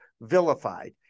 vilified